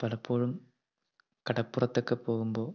പലപ്പോഴും കടപ്പുറത്തൊക്കെ പോവുമ്പോൾ